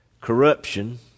corruption